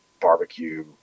barbecue